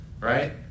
right